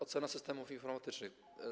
Ocena systemów informatycznych.